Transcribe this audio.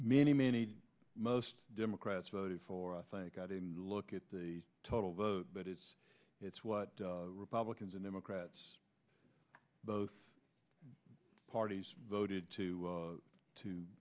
many many most democrats voted for i think i didn't look at the total vote but it's it's what republicans and democrats both parties voted to